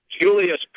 Julius